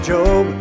Job